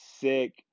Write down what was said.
sick